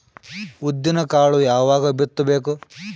ಉದ್ದಿನಕಾಳು ಯಾವಾಗ ಬಿತ್ತು ಬೇಕು?